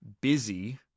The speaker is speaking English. busy